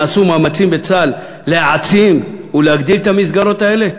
נעשו מאמצים בצה"ל להעצים ולהגדיל את המסגרות האלה?